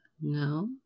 no